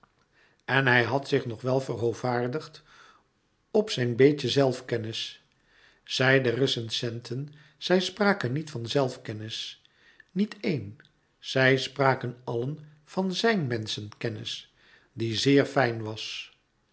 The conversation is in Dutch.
en hij had zich nog wel verhoovaardigd op zijn beetje zelfkennis zij de recensenten zij spraken niet van zelfkennis niet een louis couperus metamorfoze ze spraken allen van zijn menschenkennis die zeer fijn was